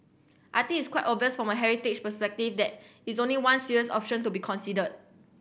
I think it's quite obvious from a heritage perspective that is only one serious option to be considered